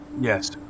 Yes